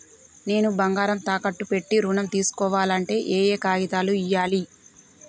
నేను బంగారం తాకట్టు పెట్టి ఋణం తీస్కోవాలంటే ఏయే కాగితాలు ఇయ్యాలి?